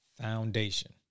foundation